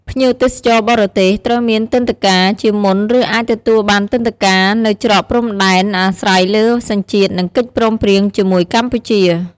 ភ្ញៀវទេសចរបរទេសត្រូវមានទិដ្ឋាការជាមុនឬអាចទទួលបានទិដ្ឋាការនៅច្រកព្រំដែនអាស្រ័យលើសញ្ជាតិនិងកិច្ចព្រមព្រៀងជាមួយកម្ពុជា។